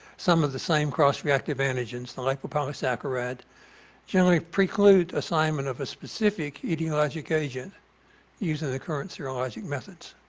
some of the same cross reactive antigens, the lipopolysaccharide generally preclude assignment of a specific etiologic agent using the current serologic methods.